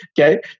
okay